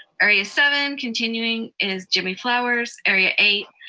area seven, continuing is jimmie flowers. area eight